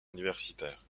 universitaire